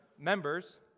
members